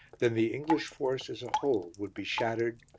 then the english force as a whole would be shattered,